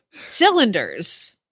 cylinders